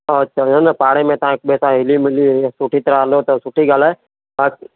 अछा न न पाड़े में तव्हां हिकु ॿिए सां हिली मिली सुठी तरह हलो त सुठी ॻाल्हि आहे अ